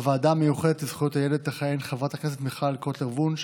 בוועדה המיוחדת לזכויות הילד תכהן חברת הכנסת מיכל קוטלר וונש